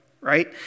right